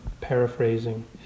paraphrasing